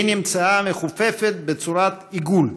היא נמצאה מכופפת בצורת עיגול,